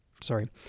sorry